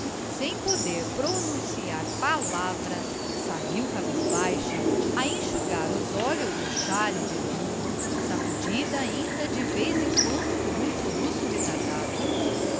sem poder pronunciar palavra saiu cabisbaixa a enxugar os olhos no xale de lã sacudida ainda de vez em quando por um soluço retardado